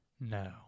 No